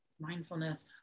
Mindfulness